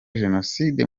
jenoside